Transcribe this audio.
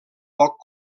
poc